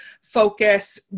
focus